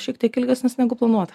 šiek tiek ilgesnis negu planuota